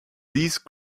these